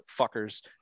fuckers